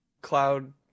Cloud